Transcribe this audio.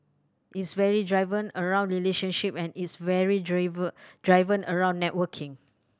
it's very driven around relationship and it's very driven around networking